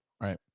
right